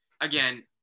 again